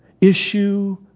issue